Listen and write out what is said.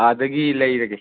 ꯑꯥꯗꯒꯤ ꯂꯩꯔꯒꯦ